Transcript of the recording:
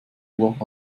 uhr